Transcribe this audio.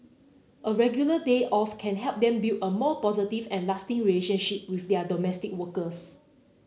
a regular day off can help them build a more positive and lasting relationship with their domestic workers